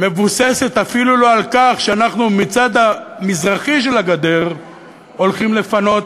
מתבססת אפילו לא על כך שאנחנו מהצד המזרחי של הגדר הולכים לפנות,